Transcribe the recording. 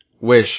wish